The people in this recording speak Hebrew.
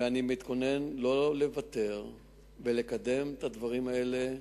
ואני מתכונן לא לוותר ולקדם את הדברים האלה,